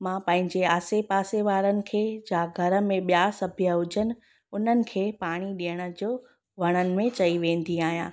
मां पंहिंजे आसे पासे वारनि खे या घर में ॿिया सभु हुजनि उन्हनि खे पाणी ॾियण जो वणनि में चई वेंदी आहियां